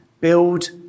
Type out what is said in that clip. build